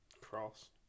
Cross